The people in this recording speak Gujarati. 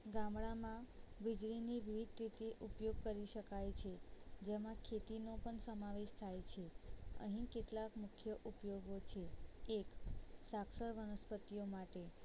ગામળામાં વીજળીની વિવિધ રીતે ઉપયોગ કરી શકાય છે જેમાં ખેતીનો પણ સમાવેશ થાય છે અહીં કેટલાક મુખ્ય ઉપયોગો છે એક સાક્ષર વનસ્પતિઓ માટે